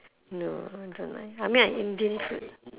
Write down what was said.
no I don't like I mean like indian food